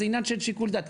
זה עניין של שיקול דעת.